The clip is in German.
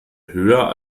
höher